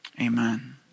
Amen